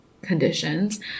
conditions